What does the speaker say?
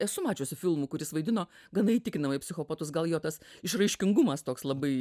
esu mačiusi filmų kur jis vaidino gana įtikinamai psichopatus gal jo tas išraiškingumas toks labai